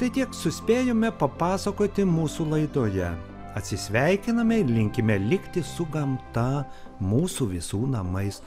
tai tiek suspėjome papasakoti mūsų laidoje atsisveikiname ir linkime likti su gamta mūsų visų namais